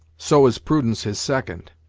so is prudence his second.